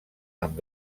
amb